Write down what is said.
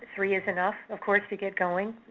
three is enough, of course, to get going,